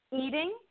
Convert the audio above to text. eating